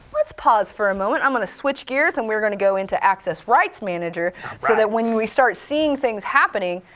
lets pause for a moment, i'm going to switch gears and we're going to go into access rights manager so that when we start seeings things happening,